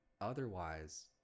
otherwise